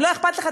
אם לא אכפת לך,